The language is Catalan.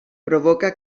provoca